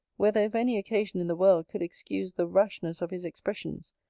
whether, if any occasion in the world could excuse the rashness of his expressions,